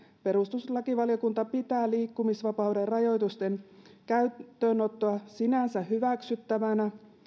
perustuslakivaliokunta pitää liikkumisvapauden rajoitusten käyttöönottoa sinänsä hyväksyttävänä